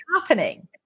happening